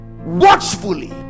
watchfully